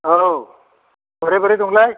औ ओमफ्राय बोरै दं नोंलाय